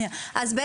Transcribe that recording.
אז,